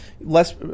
less